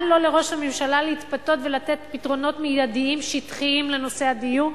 אל לו לראש הממשלה להתפתות ולתת פתרונות מיידיים שטחיים לנושא הדיור.